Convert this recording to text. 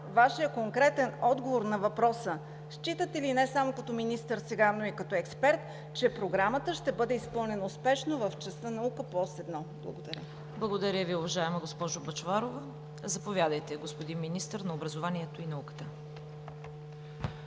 Вашия конкретен отговор на въпроса: считате ли не само като министър сега, но и като експерт, че Програмата ще бъде изпълнена успешно в частта „Наука“ по Ос 1? Благодаря. ПРЕДСЕДАТЕЛ ЦВЕТА КАРАЯНЧЕВА: Благодаря, госпожо Бъчварова. Заповядайте, господин Министър на образованието и науката.